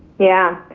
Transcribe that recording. yeah.